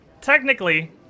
Technically